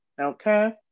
Okay